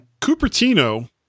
Cupertino